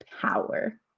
power